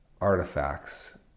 artifacts